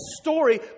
story